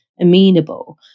amenable